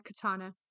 katana